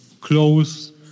close